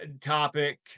topic